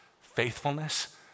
faithfulness